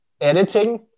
editing